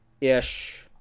ish